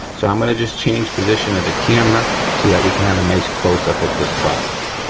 so, i'm gonna just change position of the camera so that we can have a nice closeup of this process.